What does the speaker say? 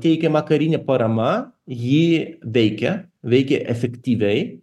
teikiama karinė parama ji veikia veikia efektyviai